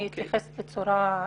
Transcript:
אני אתייחס בצורה כללית.